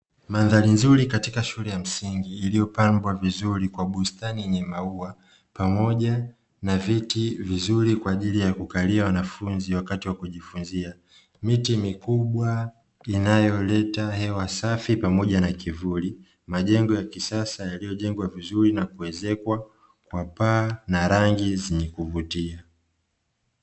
Katika shule ya msingi iliyopambwa vizuri kwa bustani yenye maua pamoja na vyeti vizuri kwa ajili ya kukalia wanafunzi wakati wa kujifunza. Miti mikubwa inayoleta hewa safi pamoja na kivuli majengo ya kisasa yaliyojengwa vizuri na kuezekwa kwa paa na rangi zenye kuvutia.